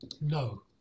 No